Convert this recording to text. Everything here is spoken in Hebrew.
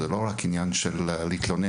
זה לא רק עניין של תלונות.